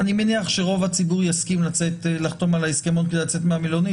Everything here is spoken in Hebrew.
אני מניח שרוב הציבור יסכים לחתום על ההסכמון כדי לצאת מהמלונית,